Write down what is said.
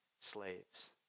slaves